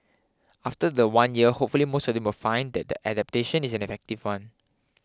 after the one year hopefully most of them will find that the adaptation is an effective one